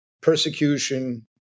persecution